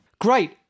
Great